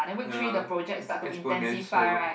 ya is exponential